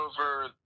over